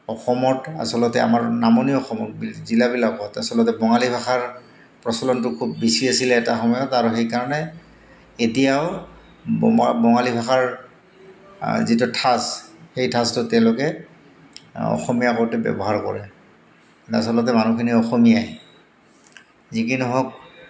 অসমত আচলতে আমাৰ নামনি অসমৰ জিলাবিলাকত আচলতে বঙালী ভাষাৰ প্ৰচলনটো খুব বেছি আছিলে এটা সময়ত আৰু সেইকাৰণে এতিয়াও ব বঙালী ভাষাৰ যিটো ঠাচ সেই ঠাচটো তেওঁলোকে অসমীয়া কওঁতে ব্যৱহাৰ কৰে আচলতে মানুহখিনি অসমীয়াই যি কি নহওক